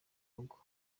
rugo